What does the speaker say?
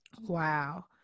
wow